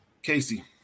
Casey